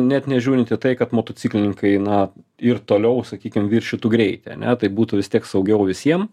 net nežiūrint į tai kad motociklininkai na ir toliau sakykim viršytų greitį ane tai būtų vis tiek saugiau visiem